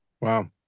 Wow